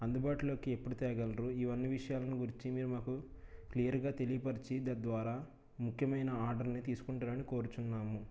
అందుబాటులోకి ఎప్పుడు తేగలరు ఇవన్నీ విషయాల్ను గుర్తించి మాకు క్లియర్గా తెలియపరిచి తద్వారా ముఖ్యమైన ఆర్డర్ని తీసుకుంటారని కోరుచున్నాము